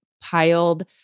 piled